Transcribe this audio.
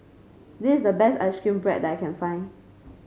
this is the best ice cream bread that I can find